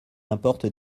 importe